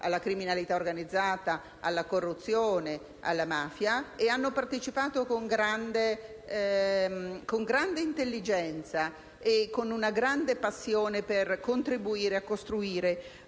alla criminalità organizzata, alla corruzione, alla mafia. Questi giovani hanno partecipato con grande intelligenza e con una grande passione per contribuire a costruire